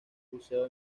buceo